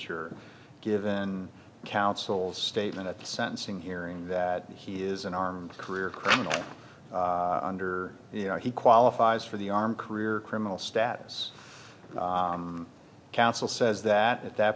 ure given counsel's statement at the sentencing hearing that he is an armed career criminal under you know he qualifies for the armed career criminal status council says that at that